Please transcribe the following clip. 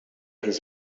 his